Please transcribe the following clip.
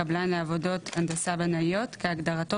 "קבלן לעבודות הנדסה בנאיות" כהגדרתו